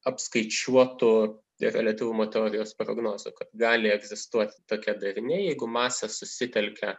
apskaičiuotų reliatyvumo teorijos prognozių kad gali egzistuoti tokie dariniai jeigu masė susitelkia